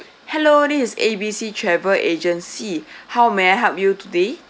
hello this is A B C travel agency how may I help you today